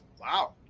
Wow